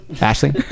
Ashley